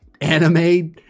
anime